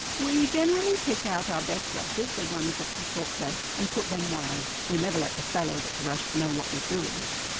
we generally pick out our best rushers, the ones that can talk best, and put them wise. we never let the fellow that's rushed know what we're doing.